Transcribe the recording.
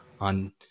on